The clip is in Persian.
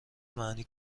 معنی